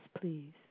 please